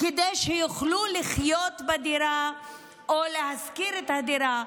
כדי שיוכלו לחיות בדירה או להשכיר את הדירה.